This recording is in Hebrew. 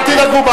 אל תדאגו,